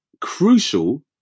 crucial